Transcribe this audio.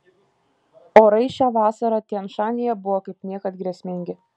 orai šią vasarą tian šanyje buvo kaip niekad grėsmingi